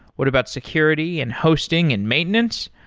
what about security and hosting and maintenance?